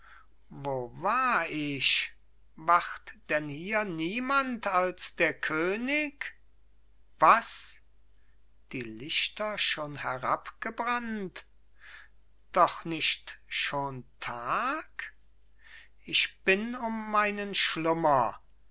wo war ich wacht denn hier niemand als der könig was die lichter schon herabgebrannt doch nicht schon tag ich bin um meinen schlummer